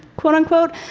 quote, unquote.